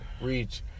reach